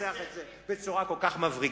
מלנסח את זה בצורה כל כך מבריקה,